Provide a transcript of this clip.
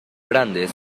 grandes